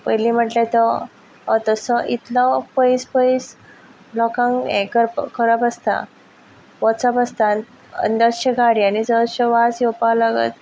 पयलीं म्हटल्यार तो अतोसो इतलो पयस पयस लोकांक हें करप आसता वचप आसता आनी अशें गाडयांनी अशें वास येवपा लागले